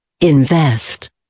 Invest